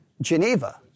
Geneva